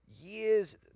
years